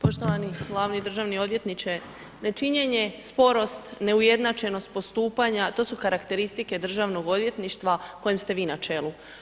Poštovani glavni državni odvjetniče, nečinjenje, sporost, neujednačenost postupanja to su karakteristike državnog odvjetništva kojem ste vi na čelu.